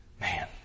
man